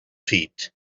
feet